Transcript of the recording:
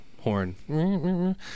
Horn